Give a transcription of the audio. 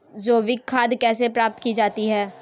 जैविक खाद कैसे प्राप्त की जाती है?